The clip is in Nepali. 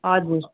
हजुर